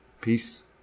Peace